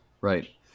Right